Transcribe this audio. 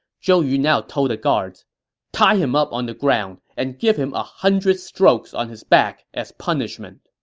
zhou yu now told the guards tie him up on the ground and give him a hundred strokes on his back as punishment!